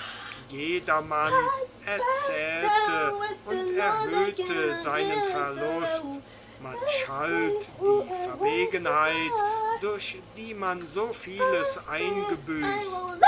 jedermann erzählte und erhöhte seinen verlust man schalt die verwegenheit durch die man so vieles eingebüßt